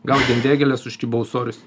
gaudėm vėgėles užkibo ūsorius